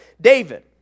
david